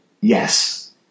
yes